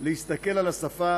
להסתכל על השפה